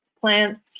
plants